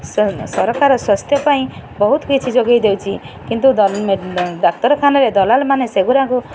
ସଁ ସରକାର ସ୍ୱାସ୍ଥ୍ୟ ପାଇଁ ବହୁତ କିଛି ଯୋଗେଇ ଦେଇଛି କିନ୍ତୁ ଡାକ୍ତରଖାନାରେ ଦଲାଲମାନେ ସେଗୁଡ଼ାଙ୍କୁ